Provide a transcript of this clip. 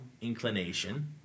inclination